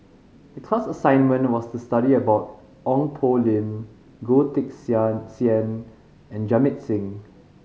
the class assignment was to study about Ong Poh Lim Goh Teck Sian and Jamit Singh